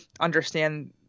understand